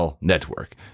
network